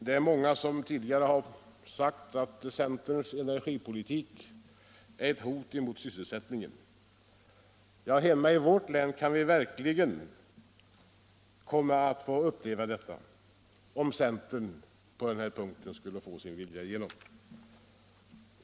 Det är många som tidigare har sagt att centerns energipolitik är ett hot mot sysselsättningen. Hemma i vårt län kan vi verkligen komma att få uppleva detta om centern på den här punkten skulle få sin vilja igenom.